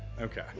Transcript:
Okay